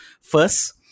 first